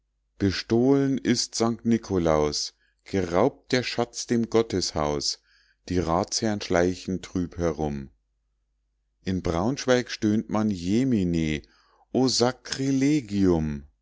bestohlen ist sankt nikolaus geraubt der schatz dem gotteshaus die ratsherrn schleichen trüb herum in braunschweig stöhnt man jemine